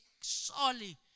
surely